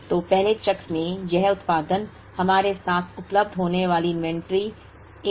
तो पहले चक्र में यह उत्पादन हमारे साथ उपलब्ध होने वाली इन्वेंट्री एक और 400 है